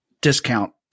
discount